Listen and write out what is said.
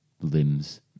limbs